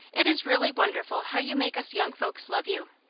it is really wonderful how you make us young folks love you.